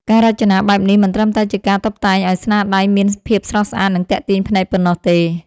ការរចនាបែបនេះមិនត្រឹមតែជាការតុបតែងឲ្យស្នាដៃមានភាពស្រស់ស្អាត និងទាក់ទាញភ្នែកប៉ុណ្ណោះទេ